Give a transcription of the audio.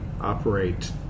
operate